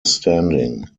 standing